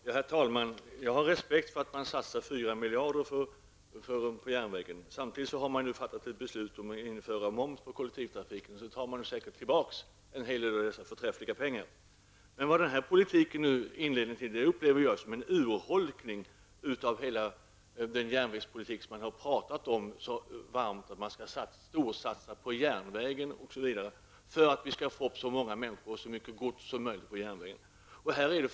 Herr talman! Jag har respekt för att man satsar 4 miljarder på järnvägen. Samtidigt har man ju fattat ett beslut om att införa moms på kollektivtrafiken, och då tar man säkert tillbaka en hel del av dessa förträffliga pengar. Men vad den här politiken är inledningen till upplever jag som en urholkning av hela järnvägspolitiken. Man har talat sig varm för att man skall storsatsa på järnvägen, osv. för att så många människor och så mycket gods som möjligt skall kunna transporteras på järnvägen.